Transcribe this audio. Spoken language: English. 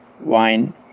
wine